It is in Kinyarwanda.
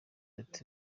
ati